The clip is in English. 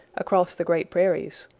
across the great prairies.